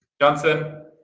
Johnson